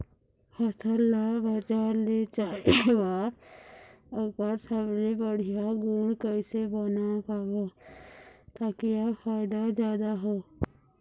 फसल ला बजार ले जाए बार ओकर सबले बढ़िया गुण कैसे बना पाबो ताकि फायदा जादा हो?